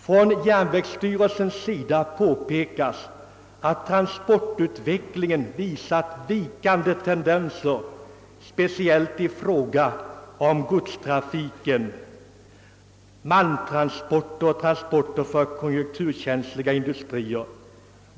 Från järnvägsstyrelsens sida påpekades också att transportutvecklingen visat vikande tendenser, speciellt i fråga om godstrafiken, malmtransporter och transporter för konjunkturkänsliga industrier.